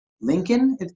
Lincoln